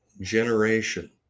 generation